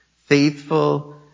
faithful